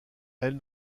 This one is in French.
elle